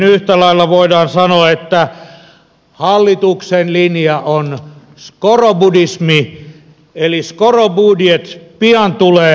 yhtä lailla voidaan sanoa että hallituksen linja on skorobudismi eli skoro budet pian tulee